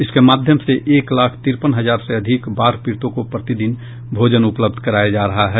इसके माध्यम से एक लाख तिरपन हजार से अधिक बाढ़ पीड़ितों को प्रतिदिन भोजन उपलब्ध कराया जा रहा है